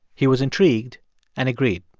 he was intrigued and agreed.